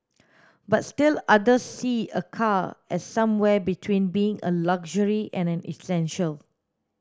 but still others see a car as somewhere between being a luxury and an essential